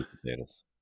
potatoes